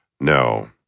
No